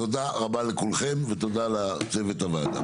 תודה רבה לכולכם ותודה לצוות הוועדה.